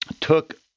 took